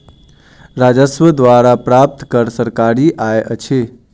राजस्व द्वारा प्राप्त कर सरकारी आय अछि